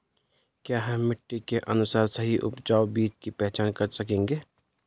क्या हम मिट्टी के अनुसार सही उपजाऊ बीज की पहचान कर सकेंगे?